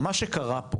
על מה שקרה פה